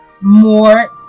more